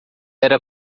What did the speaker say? era